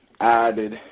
added